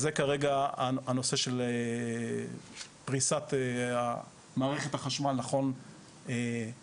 אז זה כרגע הנושא של פריסת מערכת החשמל נכון לכרגע.